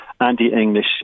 anti-English